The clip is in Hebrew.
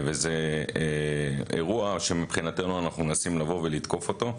וזה אירוע שמבחינתנו אנחנו מנסים לבוא ולתקוף אותו.